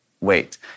wait